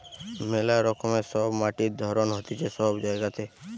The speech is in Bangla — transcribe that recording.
মেলা রকমের সব মাটির ধরণ হতিছে সব জায়গাতে